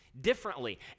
differently